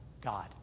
God